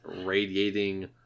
radiating